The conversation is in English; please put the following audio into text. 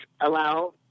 allow